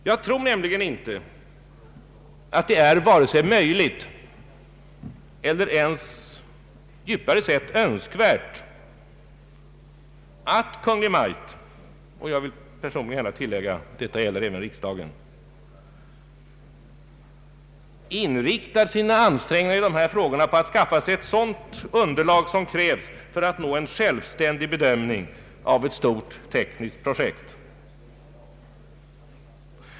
Jag tror nämligen inte att det är vare sig möjligt eller ens, djupare sett, önskvärt att Kungl. Maj:t — jag vill gärna tillägga att detta gäller även riksdagen — inriktar sina ansträngningar i dessa frågor på att skaffa sig det underlag som krävs för att kunna göra en självständig bedömning av ett stort tekniskt projekt.